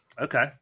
Okay